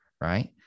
right